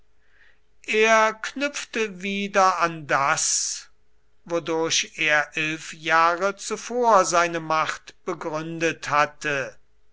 er knüpfte wieder an an das wodurch er elf jahre zuvor seine macht begründet hatte